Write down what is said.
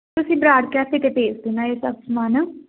ਤੁਸੀਂ ਬਰਾੜ ਕੈਫੇ 'ਤੇ ਭੇਜ ਦੇਣਾ ਇਹ ਸਭ ਸਮਾਨ